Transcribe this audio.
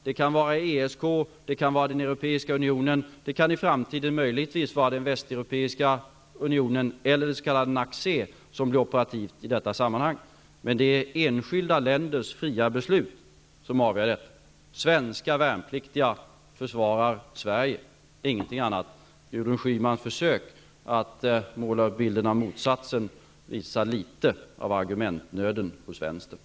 Det kan vara EEK, den europeiska unionen, och det kan i framtiden möjligen vara den västeuropeiska unionen eller det s.k. NACC som blir operativt i detta sammanhang. Det är dock enskilda länders fria belslut som avgör. Svenska värnpliktiga försvarar Sverige och ingenting annat. Gudrun Schymans försök att måla upp bilden av motsatsen visar litet av argumentnöden hos vänstern.